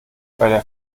der